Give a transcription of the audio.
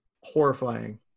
Horrifying